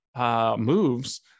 moves